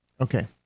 okay